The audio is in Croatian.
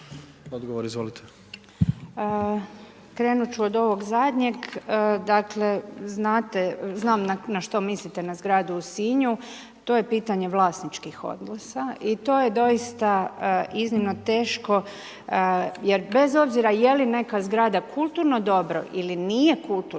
Koržinek, Nina** Krenut ću od ovog zadnjeg. Dakle znam na što mislite na zgradu u Sinju, to je pitanje vlasničkih odnosa i to je doista iznimno teško jer bez obzira je li neka zgrada kulturno dobro ili nije kulturno dobro,